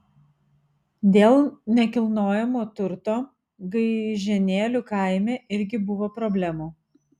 dėl nekilnojamojo turto gaižėnėlių kaime irgi buvo problemų